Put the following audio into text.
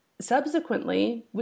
subsequently